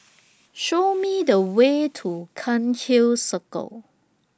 Show Me The Way to Cairnhill Circle